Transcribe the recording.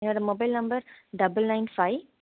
என்னோடய mobile number double nine five